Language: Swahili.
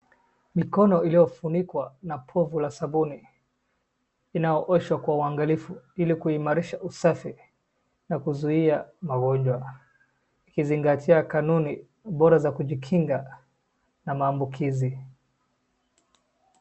Mikono iliyofunikwa na pofu la sabuni inaoshwa kwa uangalifu hili kuimarisha usafi na kuzuia magonjwa ikizingatia kanuni bora za kujikinga na maambukizi.